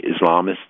Islamists